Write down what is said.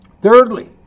Thirdly